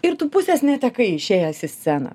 ir tu pusės netekai išėjęs į sceną